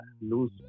lose